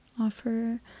offer